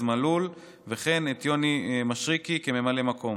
מלול וכן את יוני מישרקי כממלא מקום,